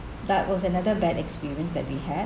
that was another bad experiences that we had